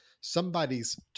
somebody's